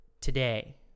today